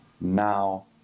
now